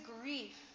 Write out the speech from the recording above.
grief